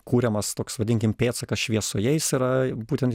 kuriamas toks vadinkim pėdsakas šviesoje jis yra būtent